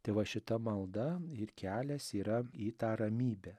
tai va šita malda ir kelias yra į tą ramybę